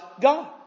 God